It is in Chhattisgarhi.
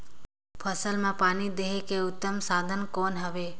फसल मां पानी देहे के उत्तम साधन कौन हवे?